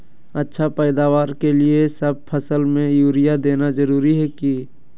अच्छा पैदावार के लिए सब फसल में यूरिया देना जरुरी है की?